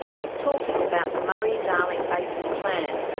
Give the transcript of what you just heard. he's talking about the murray-darling basin plan,